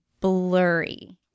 blurry